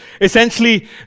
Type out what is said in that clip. essentially